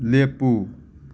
ꯂꯦꯞꯄꯨ